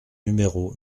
numéro